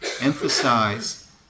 emphasize